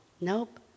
nope